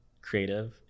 creative